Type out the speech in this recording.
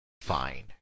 fine